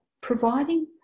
providing